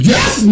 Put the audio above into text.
Yes